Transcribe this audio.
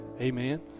Amen